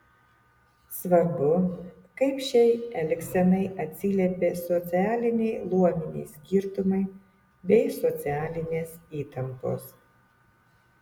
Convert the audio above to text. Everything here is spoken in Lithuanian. svarbu kaip šiai elgsenai atsiliepė socialiniai luominiai skirtumai bei socialinės įtampos